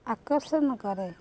ଆକର୍ଷଣ କରେ